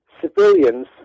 civilians